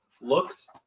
looks